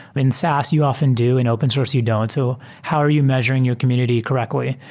in saas, you often do. in open source, you don't. so how are you measur ing your community correctly?